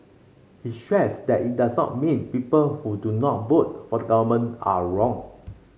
he stressed that it does not mean people who do not vote for the government are wrong